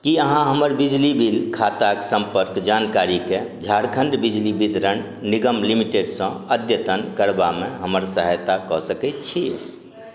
की अहाँ हमर बिजली बिल खाताक सम्पर्क जानकारीके झारखण्ड बिजली वितरण निगम लिमिटेडसँ अद्यतन करबामे हमर सहायता कऽ सकैत छी